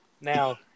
Now